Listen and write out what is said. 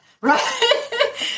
Right